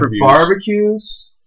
barbecues